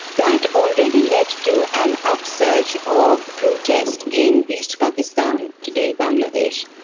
that already led to an upsurge of protest in east pakistan, today bangladesh,